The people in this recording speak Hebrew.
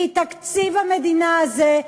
כי תקציב המדינה הזה,